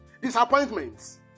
disappointments